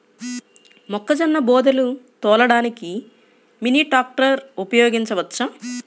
మొక్కజొన్న బోదెలు తోలడానికి మినీ ట్రాక్టర్ ఉపయోగించవచ్చా?